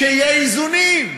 שיהיו איזונים,